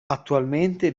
attualmente